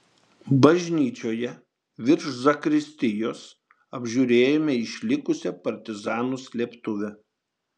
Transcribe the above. bažnyčioje virš zakristijos apžiūrėjome išlikusią partizanų slėptuvę